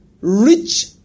Rich